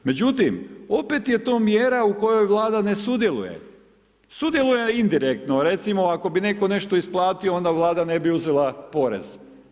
Međutim, opet je to mjera u kojoj Vlada ne sudjeluje, sudjeluje indirektno, recimo ako bi netko nešto isplatio, onda Vlada ne bi uzela porez.